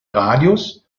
radius